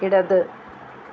ഇടത്